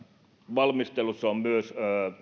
valmistelussa on myös